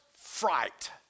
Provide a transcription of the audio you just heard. fright